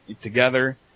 together